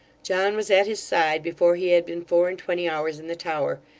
john was at his side before he had been four-and-twenty hours in the tower,